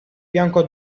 bianco